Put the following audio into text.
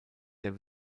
der